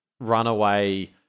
runaway